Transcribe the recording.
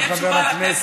תשובה לתת לנו.